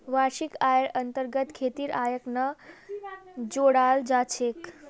वार्षिक आइर अन्तर्गत खेतीर आइक नी जोडाल जा छेक